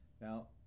Now